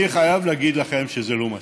אני חייב להגיד לכם שזה לא מספיק.